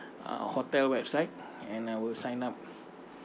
uh hotel website and I will sign up